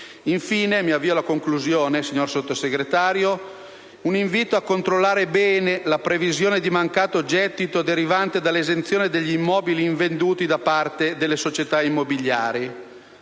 Avviandomi alla conclusione, signor Sottosegretario, le rivolgo un invito a controllare bene la previsione di mancato gettito derivante dall'esenzione degli immobili invenduti da parte delle società immobiliari,